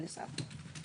אליאסף.